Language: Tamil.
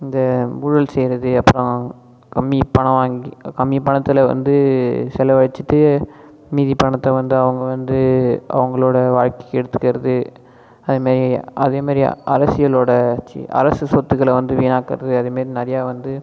இந்த ஊழல் செய்யறது அப்புறம் கம்மி பணம் வாங்கி கம்மி பணத்தில் வந்து செலவழித்திட்டு மீதி பணத்தை வந்து அவங்க வந்து அவங்களோட வாழ்க்கைக்கு எடுத்துக்கறது அது மாதிரி அதே மாதிரி அரசியலோட சி அரசு சொத்துக்களை வந்து வீணாக்கறது அது மாதிரி நிறையா வந்து